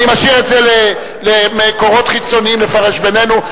אני משאיר את זה למקורות חיצוניים לפרש בינינו.